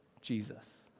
Jesus